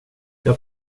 jag